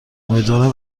امیدوارم